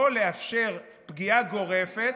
לא לאפשר פגיעה גורפת,